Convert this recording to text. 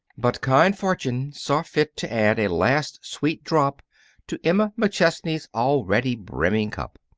but kind fortune saw fit to add a last sweet drop to emma mcchesney's already brimming cup.